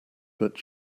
but